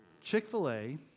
Chick-fil-A